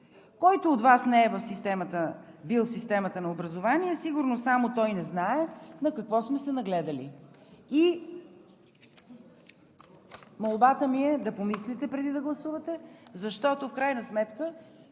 Който от Вас не е бил в системата на образованието, сигурно само той не знае на какво сме се нагледали. Молбата ми е да помислите преди да гласувате, защото в крайна сметка